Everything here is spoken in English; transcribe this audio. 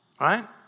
right